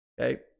Okay